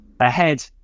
Ahead